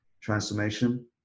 transformation